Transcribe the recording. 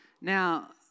Now